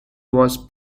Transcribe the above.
was